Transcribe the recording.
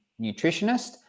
nutritionist